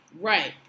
Right